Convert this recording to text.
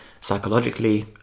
psychologically